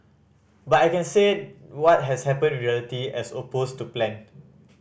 but I can say what has happened in reality as opposed to plan